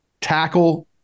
tackle